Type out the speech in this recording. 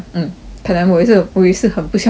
可能我也是我也是很不喜欢这样的人